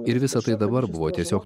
ir visa tai dabar buvo tiesiog